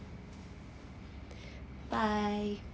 bye